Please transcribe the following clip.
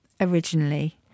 originally